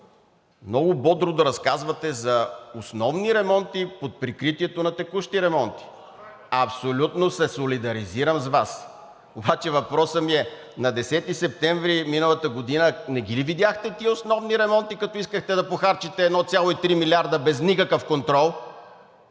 много бодро да разказвате за основни ремонти под прикритието на текущи ремонти. Абсолютно се солидаризирам с Вас, обаче въпросът ми е – на 10 септември миналата година не ги ли видяхте тези основни ремонти, като искахте да похарчите 1,3 милиарда без никакъв контрол?